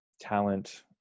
talent